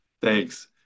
Thanks